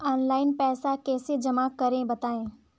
Online पैसा कैसे जमा करें बताएँ?